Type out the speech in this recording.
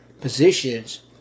positions